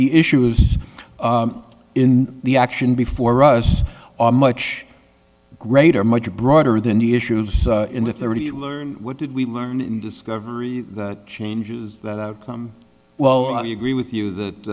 the issues in the action before us are much greater much broader than the issues in the thirty learn what did we learn in discovery that changes that outcome well i agree with you that